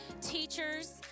teachers